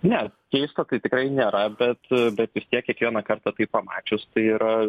ne keisto tai tikrai nėra bet bet vis tiek kiekvieną kartą tai pamačius tai yra